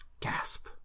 Gasp